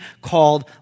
called